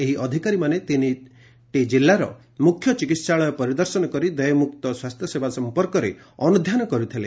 ଏହି ଅଧିକାରୀମାନେ ତିନି ଜିଲ୍ଲାର ମୁଖ୍ୟ ଚିକିହାଳୟ ପରିଦର୍ଶନ କରି ଦେୟମୁକ୍ତ ସ୍ୱାସ୍ଥ୍ୟସେବା ସଂପର୍କରେ ଅନୁଧ୍ୟାନ କରିଥିଲେ